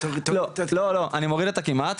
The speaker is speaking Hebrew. אני מוריד את הכמעט,